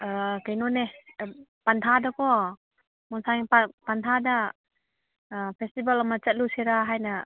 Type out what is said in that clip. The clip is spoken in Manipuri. ꯀꯩꯅꯣꯅꯦ ꯄꯟꯊꯥꯗꯀꯣ ꯄꯟꯊꯥꯗ ꯐꯦꯁꯇꯤꯚꯦꯜ ꯑꯃ ꯆꯠꯂꯨꯁꯤꯔꯥ ꯍꯥꯏꯅ